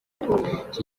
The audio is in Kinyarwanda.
iki